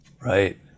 Right